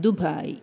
Dubai